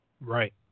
Right